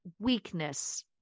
weakness